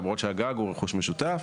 למרות שהגג הוא רכוש משותף,